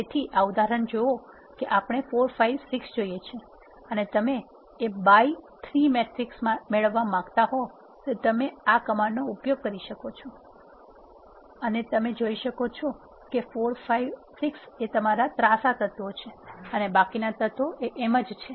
તેથી આ ઉદાહરણ જુઓ કે આપણે 4 5 6 જોઇએ છે અને તમે A બાય 3 મેટ્રિક્સ મેળવવા માંગતા હોવ તો તમે આ કમાન્ડનો ઉપયોગ કરી શકો છો અને તમે જોઈ શકો છો કે 4 5 અને 6 એ તમારા ત્રાંસા તત્વો છે અને બાકીના તત્વો એમજ છે